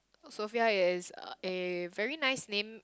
Sophia is a very nice name